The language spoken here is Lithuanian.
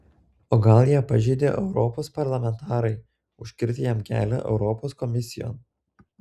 o gal ją pažeidė europos parlamentarai užkirtę jam kelią europos komisijon